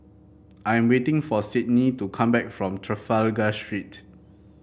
I am waiting for Sydnee to come back from Trafalgar Street